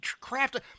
craft